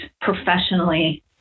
professionally